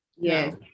Yes